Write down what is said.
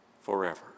forever